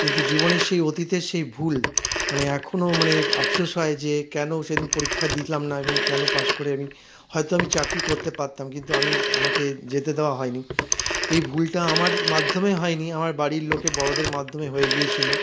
কিন্তু জীবনের সেই অতীতের সেই ভুল মানে এখনও মানে আফশোস হয় যে কেন সেদিন পরীক্ষা দিলাম না এবং কেন পাশ করে আমি হয়তো আমি চাকরি করতে পারতাম কিন্তু আমি আমাকে যেতে দেওয়া হয়নি এই ভুলটা আমার মাধ্যমে হয়নি আমার বাড়ির লোকের বড়োদের মাধ্যমে হয়ে গিয়েছিল